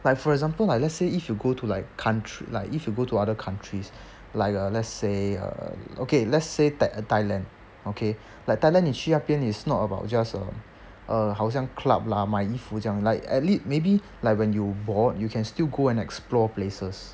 like for example like let's say if you go to like country like if you go to other countries like uh let's say uh okay let's say that uh thailand okay like thailand 你去那边 is not about just uh err 好像 club lah 买衣服这样 like at least maybe like when you bored you can still go and explore places